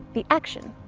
the action.